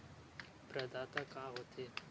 प्रदाता का हो थे?